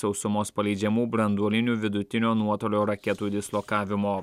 sausumos paleidžiamų branduolinių vidutinio nuotolio raketų dislokavimo